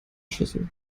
schüssel